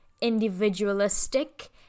individualistic